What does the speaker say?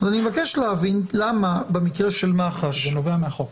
אני מבקש להבין למה במקרה של מח"ש -- זה נובע מהחוק.